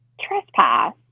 trespass